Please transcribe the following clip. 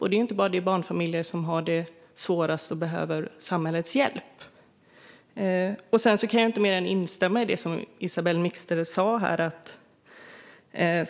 Det gäller inte bara de barnfamiljer som har det svårast och behöver samhällets hjälp. Jag kan inte mer än instämma i det som Isabell Mixter sa här.